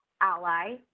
Ally